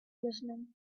listening